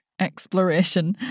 Exploration